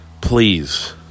Please